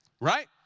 Right